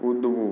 કૂદવું